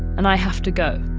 and i have to go,